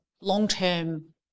long-term